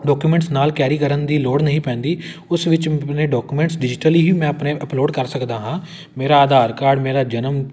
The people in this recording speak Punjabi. ਡੌਕੂਮੈਂਟਸ ਨਾਲ ਕੈਰੀ ਕਰਨ ਦੀ ਲੋੜ ਨਹੀਂ ਪੈਂਦੀ ਉਸ ਵਿੱਚ ਮੈਂ ਆਪਣੇ ਡੌਕੂਮੈਂਟਸ ਡਿਜੀਟਲ ਹੀ ਮੈਂ ਆਪਣੇ ਅਪਲੋਡ ਕਰ ਸਕਦਾ ਹਾਂ ਮੇਰਾ ਆਧਾਰ ਕਾਰਡ ਮੇਰਾ ਜਨਮ